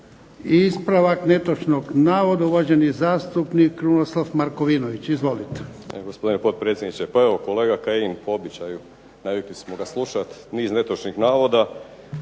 ispravak netočnog navoda uvaženi zastupnik Krunoslav Markovinović. Izvolite.